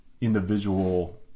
individual